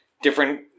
Different